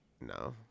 No